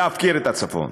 להפקיר את הצפון?